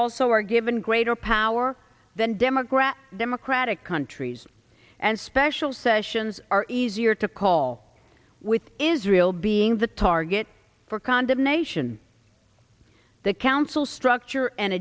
also are given greater power than democrat democratic countries and special sessions are easier to call with israel being the target for condemnation the council structure and